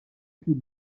più